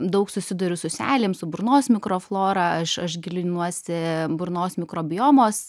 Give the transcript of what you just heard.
daug susiduriu su seilėm su burnos mikroflora aš aš gilinuosi burnos mikrobiomos